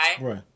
Right